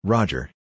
Roger